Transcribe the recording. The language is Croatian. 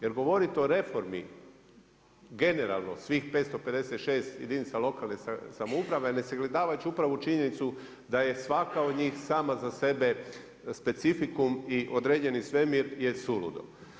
Jer govoriti o reformi, generalno svih 556 jedinica lokalne samouprave, a ne sagledavajući upravo činjenicu da je svaka od njih sama za sebe specifikum i određeni svemir je suludo.